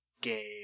game